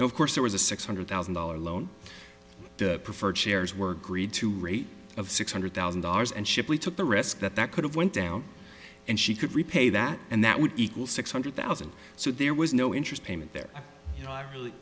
and of course there was a six hundred thousand dollars loan preferred shares were greed to rate of six hundred thousand dollars and shipley took the risk that that could have went down and she could repay that and that would equal six hundred thousand so there was no interest payment there